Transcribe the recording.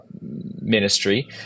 ministry